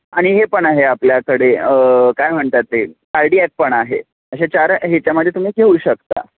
आणि हे पण आहे आपल्याकडे काय म्हणतात ते कार्डीयाक पण आहे असे चार ह्याच्यामध्ये तुम्ही घेऊ शकता